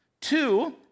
Two